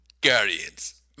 Guardians